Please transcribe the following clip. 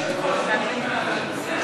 סליחה, אדוני היושב-ראש, זה נאום מהכיסא?